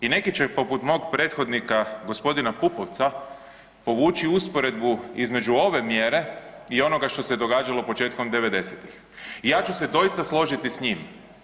I neki će poput mog prethodnika g. Pupovca povući usporedbu između ove mjere i onoga što se je događalo početkom '90.-tih i ja ću se doista složiti s njim.